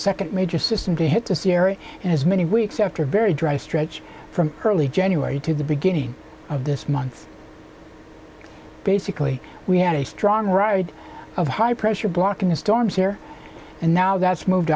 second major system to hit the sierra and has many weeks after a very dry stretch from early january to the beginning of this month basically we had a strong right of high pressure blocking the storms here and now that's moved